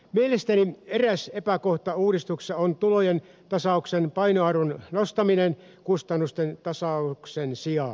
mielestäni eräs epäkohta uudistuksessa on tulojen tasauksen painoarvon nostaminen kustannusten tasauksen sijaan